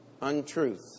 untruth